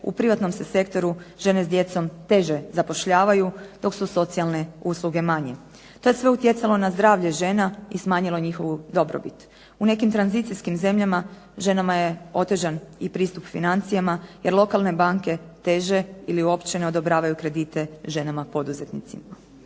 u privatnom se sektoru žene s djecom teže zapošljavaju, dok su socijalne usluge manje. To je sve utjecalo na zdravlje žena i smanjilo njihovu dobrobit. U nekim tranzicijskim zemljama ženama je otežan i pristup financijama, jer lokalne banke teže ili uopće ne odobravaju kredite ženama poduzetnicima.